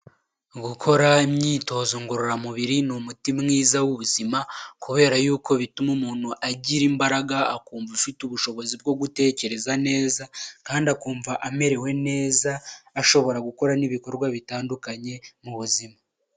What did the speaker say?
Gukora imyitozo ngororamubiri ni umuti mwiza w'ubuzima kubera yuko bituma umuntu agira imbaraga akumva afite ubushobozi bwo gutekereza neza kandi akumva amerewe neza ashobora gukora n'ibikorwa bitandukanye mu buzima.